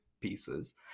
pieces